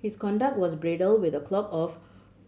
his conduct was bridled with a cloak of